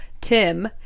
Tim